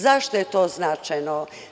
Zašto je to značajno?